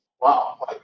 wow